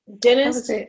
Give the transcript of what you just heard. Dennis